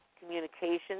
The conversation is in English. communications